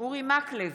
אורי מקלב,